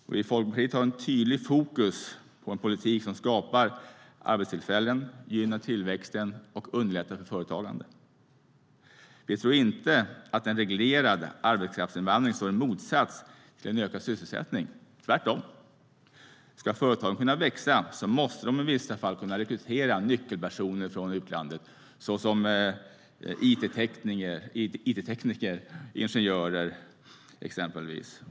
Vi i Folkpartiet har tydligt fokus på en politik som skapar arbetstillfällen, gynnar tillväxt och underlättar företagande. Vi tror inte att en reglerad arbetskraftsinvandring står i motsats till en ökad sysselsättning, tvärtom. Ska företagen kunna växa måste de i vissa fall kunna rekrytera nyckelpersoner från utlandet, såsom exempelvis it-tekniker och ingenjörer.